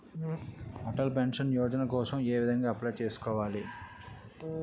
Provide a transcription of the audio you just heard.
Atal pension Yojana కోసం ఏ విధంగా అప్లయ్ చేసుకోవాలి?